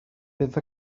bydd